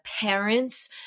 parents